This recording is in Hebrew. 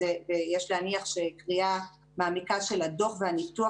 ויש להניח שקריאה מעמיקה של הדוח והניתוח